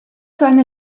seine